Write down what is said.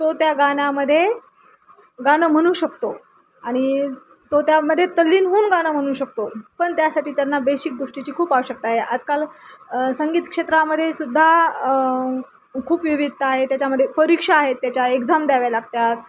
तो त्या गाण्यामध्ये गाणं म्हणू शकतो आणि तो त्यामध्ये तल्लीनहून गाणं म्हणू शकतो पण त्यासाठी त्यांना बेशिक गोष्टीची खूप आवश्यकता आहे आजकाल संगीत क्षेत्रामध्ये सुद्धा खूप विविधता आहे त्याच्यामध्ये परीक्षा आहेत त्याच्या एक्झाम द्याव्या लागतात